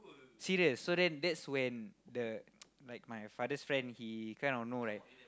serious so then that's when the like my father's friend he kind of know like